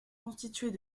constituées